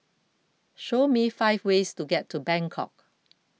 show me five ways to get to Bangkok